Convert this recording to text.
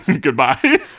Goodbye